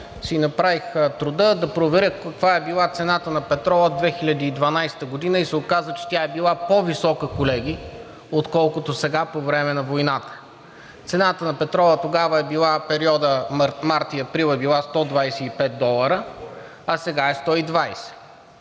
си направих труда да проверя каква е била цената на петрола 2012 г. и се оказа, че тя е била по-висока, колеги, отколкото сега, по време на войната. Цената на петрола тогава, в периода март – април, е била 125 долара, а сега е 120,